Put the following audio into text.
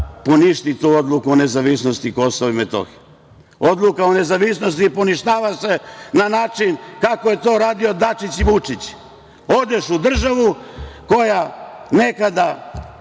poništi tu odluku o nezavisnosti Kosova i Metohije. Odluka o nezavisnosti poništava se na način kako je to radio Dačić i Vučić. Odeš u državu koja je nekada